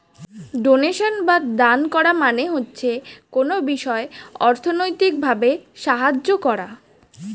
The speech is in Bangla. ডোনেশন বা দান করা মানে হচ্ছে কোনো বিষয়ে অর্থনৈতিক ভাবে সাহায্য করা